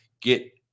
Get